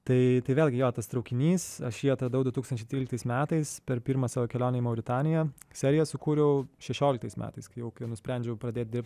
tai tai vėlgi jo tas traukinys aš jį atradau du tūkstančiai tryliktais metais per pirmą savo kelionę į mauritaniją seriją sukūriau šešioliktais metais kai jau nusprendžiau pradėt dirbt